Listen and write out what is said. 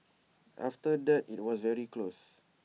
after that IT was very close